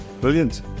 Brilliant